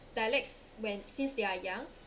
dialects when since they are young